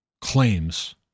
claims